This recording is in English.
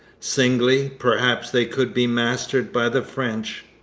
singly, perhaps they could be mastered by the french.